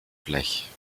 blech